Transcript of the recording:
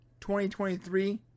2023